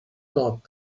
thought